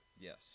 Yes